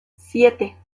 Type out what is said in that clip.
siete